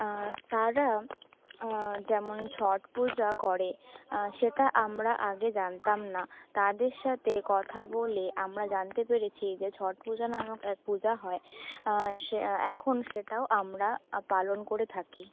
তারা যেমন ছট পূজা করে সেটা আমরা আগে জানতাম না তাদের সাথে কথা বলে আমরা জানতে পেরেছি যে ছট পূজা নামক এক পূজা হয় সে এখন সেটাও আমরা পালন করে থাকি